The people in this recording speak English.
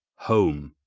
home!